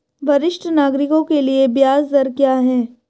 वरिष्ठ नागरिकों के लिए ब्याज दर क्या हैं?